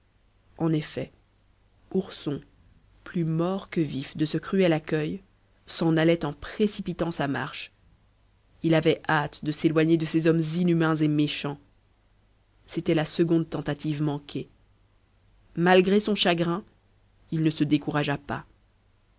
en effet ourson plus mort que vif de ce cruel accueil s'en allait en précipitant sa marche il avait hâte de s'éloigner de ces hommes inhumains et méchants c'était la seconde tentative manquée malgré son chagrin il ne se découragea pas